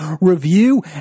review